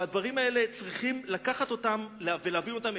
הדברים האלה, צריכים לקחת אותם ולהבין אותם.